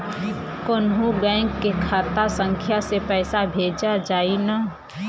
कौन्हू बैंक के खाता संख्या से पैसा भेजा जाई न?